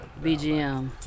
BGM